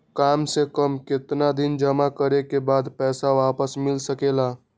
काम से कम केतना दिन जमा करें बे बाद पैसा वापस मिल सकेला?